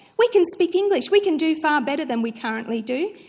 we can speak english, we can do far better than we currently do.